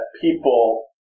people